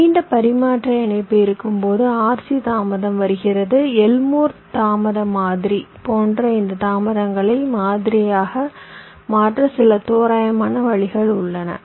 நீண்ட பரிமாற்ற இணைப்பு இருக்கும்போது RC தாமதம் வருகிறது எல்மோர் தாமத மாதிரி போன்ற இந்த தாமதங்களை மாதிரியாக மாற்ற சில தோராயமான வழிகள் உள்ளன